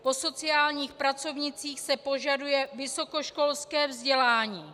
Po sociálních pracovnících se požaduje vysokoškolské vzdělání.